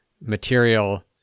material